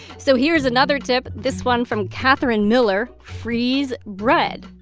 so here's another tip this one from catherine miller freeze bread.